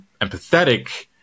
empathetic